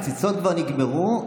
הקציצות כבר נגמרו.